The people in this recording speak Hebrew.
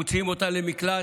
מוציאים אותה למקלט.